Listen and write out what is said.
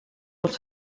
els